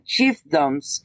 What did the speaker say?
chiefdoms